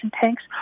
tanks